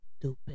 Stupid